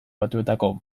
batuetako